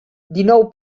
dinou